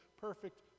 perfect